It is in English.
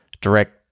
direct